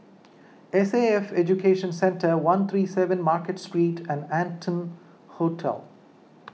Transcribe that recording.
S A F Education Centre one three seven Market Street and Arton Hotel